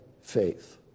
faith